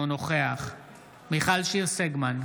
אינו נוכח מיכל שיר סגמן,